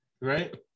right